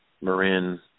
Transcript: Marin